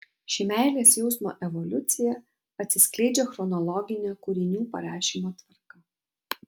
ši meilės jausmo evoliucija atsiskleidžia chronologine kūrinių parašymo tvarka